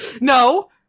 No